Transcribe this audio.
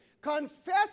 confess